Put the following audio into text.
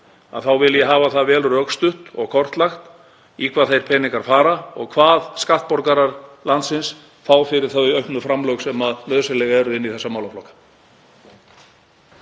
þá vil ég hafa það vel rökstutt og kortlagt í hvað þeir peningar fara og hvað skattborgarar landsins fá fyrir þau auknu framlög sem nauðsynleg eru inn í þessa málaflokka.